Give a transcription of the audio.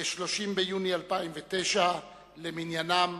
30 ביוני 2009 למניינם.